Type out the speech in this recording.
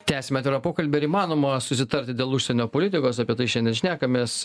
tęsiame atvirą pokalbį ar įmanoma susitarti dėl užsienio politikos apie tai šiandien šnekamės